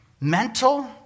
mental